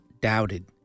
doubted